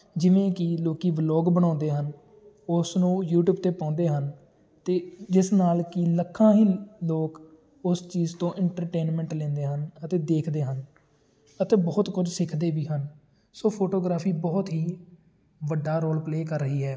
ਜਿਵੇਂ ਕਿ ਲੋਕ ਵਲੋਗ ਬਣਾਉਂਦੇ ਹਨ ਉਸ ਨੂੰ ਯੂਟਿਊਬ 'ਤੇ ਪਾਉਂਦੇ ਹਨ ਅਤੇ ਜਿਸ ਨਾਲ ਕਿ ਲੱਖਾਂ ਹੀ ਲੋਕ ਉਸ ਚੀਜ਼ ਤੋਂ ਇੰਟਰਟੇਨਮੈਂਟ ਲੈਂਦੇ ਹਨ ਅਤੇ ਦੇਖਦੇ ਹਨ ਅਤੇ ਬਹੁਤ ਕੁਝ ਸਿੱਖਦੇ ਵੀ ਹਨ ਸੋ ਫੋਟੋਗ੍ਰਾਫੀ ਬਹੁਤ ਹੀ ਵੱਡਾ ਰੋਲ ਪਲੇਅ ਕਰ ਰਹੀ ਹੈ